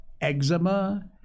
eczema